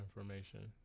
information